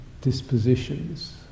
dispositions